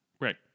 Right